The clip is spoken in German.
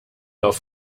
auf